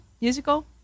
musical